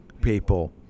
people